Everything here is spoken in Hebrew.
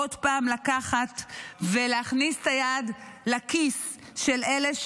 עוד פעם לקחת ולהכניס את היד לכיס של אלה שעובדים,